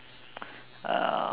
uh